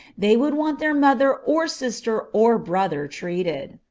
they would want their mother or sister or brother treated.